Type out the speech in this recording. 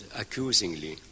accusingly